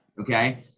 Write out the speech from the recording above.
Okay